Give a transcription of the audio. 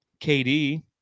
KD